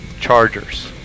Chargers